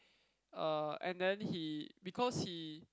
uh and then he because he